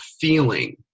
feeling